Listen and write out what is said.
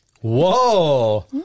Whoa